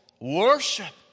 worship